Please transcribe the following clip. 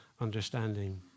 understanding